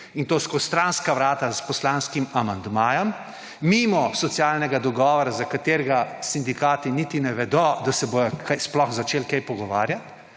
in to skozi stranska vrata s poslanskim amandmajem, mimo socialnega dogovora, za katerega sindikati niti ne vedo, da se bodo sploh začeli kaj pogovarjati,